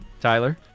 Tyler